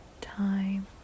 time